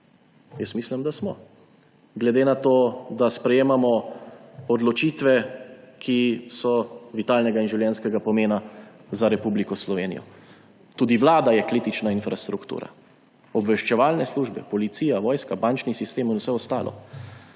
Jaz mislim, da smo, glede na to da sprejemamo odločitve, ki so vitalnega in življenjskega pomena za Republiko Slovenijo. Tudi vlada je kritična infrastruktura, obveščevalne službe, policija, vojska, bančni sistem in vse ostalo.